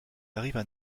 arrivent